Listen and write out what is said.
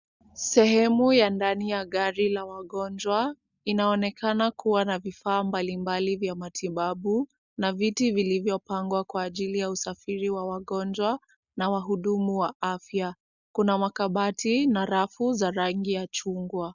Sehemu ya ndani ya gari la wagonjwa, inaonekana kuwa na vifaa mbalimbali vya matibabu na viti vilivyopangwa kwa ajili ya usafiri wa wagonjwa na wahudumu wa afya. Kuna makabati na rafu za rangi ya chungwa.